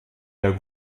der